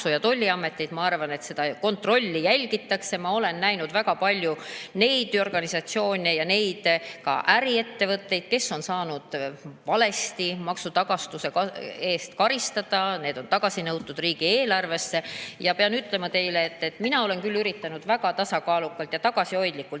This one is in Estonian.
ja Tolliametit, ma arvan, et seda kontrolli jälgitakse. Ma olen näinud väga palju neid organisatsioone ja ka neid äriettevõtteid, kes on saanud valesti maksutagastuse eest karistada, need [summad] on tagasi nõutud riigieelarvesse. Pean ütlema teile, et mina olen küll üritanud [vastata] väga tasakaalukalt ja tagasihoidlikult